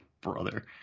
Brother